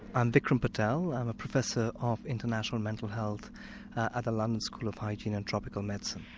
i'm vikram patel, i'm a professor of international mental health at the london school of hygiene and tropical medicine.